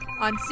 on